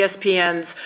ESPN's